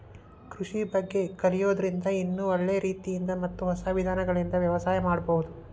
ಕೃಷಿ ಬಗ್ಗೆ ಕಲಿಯೋದ್ರಿಂದ ಇನ್ನೂ ಒಳ್ಳೆ ರೇತಿಯಿಂದ ಮತ್ತ ಹೊಸ ವಿಧಾನಗಳಿಂದ ವ್ಯವಸಾಯ ಮಾಡ್ಬಹುದು